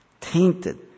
tainted